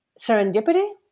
serendipity